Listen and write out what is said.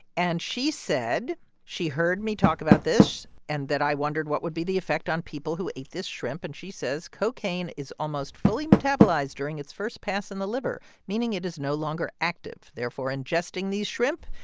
and she said she heard me talk about this and that i wondered what would be the effect on people who ate this shrimp. and she says, cocaine is almost fully metabolized during its first pass in the liver, meaning it is no longer active. therefore, ingesting these shrimp,